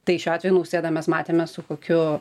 tai šiuo atveju nausėda mes matėme su kokiu